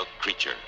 creature